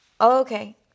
okay